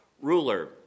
ruler